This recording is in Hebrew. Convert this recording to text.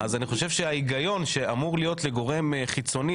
אז אני חושב שההיגיון שאמור להיות לגורם חיצוני